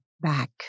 back